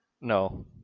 No